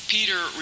Peter